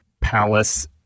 palace